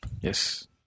Yes